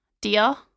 Deal